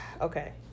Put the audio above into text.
Okay